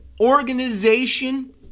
organization